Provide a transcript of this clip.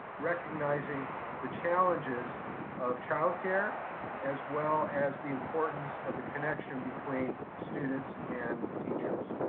recognizing the challenges of childcare as well as the importance of the connection between students and teachers.